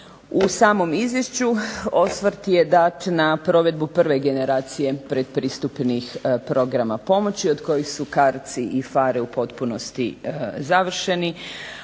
U samom izvješću osvrt je dat na provedbu prve generacije pretpristupnih programa pomoći, od kojih su CARDS i PHARE u potpunosti završeni,